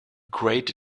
great